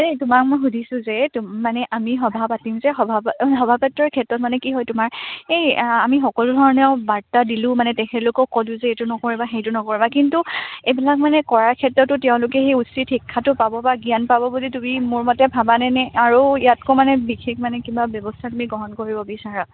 এই তোমাক মই সুধিছোঁ যে তুমি মানে আমি সভা পাতিম যে সভা সভা পতাৰ ক্ষেত্ৰত মানে কি হয় তোমাৰ এই আমি সকলো ধৰণৰ বাৰ্তা দিলোঁ মানে তেখেতলোকক ক'লোঁ যে এইটো নকৰিবা সেইটো নকৰিবা কিন্তু এইবিলাক মানে কৰাৰ ক্ষেত্ৰতো তেওঁলোকে সেই উচিত শিক্ষাটো পাব বা জ্ঞান পাব বুলি তুমি মোৰ মতে ভাবানে নে আৰু ইয়াতকৈও মানে বিশেষ মানে কিবা ব্যৱস্থা তুমি গ্ৰহণ কৰিব বিচাৰা